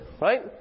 right